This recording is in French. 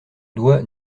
doit